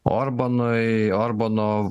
orbanui orbano